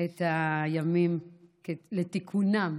את הימים לתיקונם.